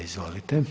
Izvolite.